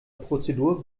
prozedur